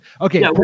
Okay